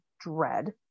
dread